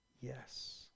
Yes